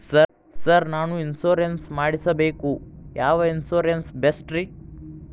Sir ನಾನು insurance ಮಾಡಿಸಬೇಕು ಯಾವ ಇನ್ಶೂರೆನ್ಸ್ ಬೆಸ್ಟ್ರಿ?